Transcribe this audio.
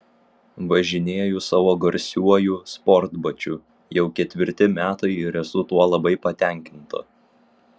važinėju savo garsiuoju sportbačiu jau ketvirti metai ir esu tuo labai patenkinta